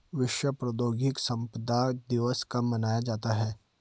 विश्व बौद्धिक संपदा दिवस कब मनाया जाता है?